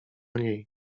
niej